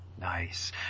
Nice